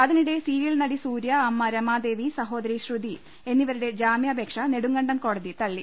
അതിനിടെ സീരിയൽ നടി സൂര്യ അമ്മ രമാദേവി സഹോദരി പശ്രുതി എന്നിവരുടെ ജാമ്യാപേക്ഷ നെടുങ്കണ്ടം ്രകോടതി തളളി